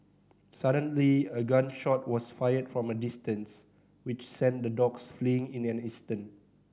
suddenly a gun shot was fired from a distance which sent the dogs fleeing in an instant